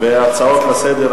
אנחנו ממשיכים